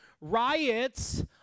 riots